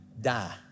die